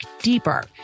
deeper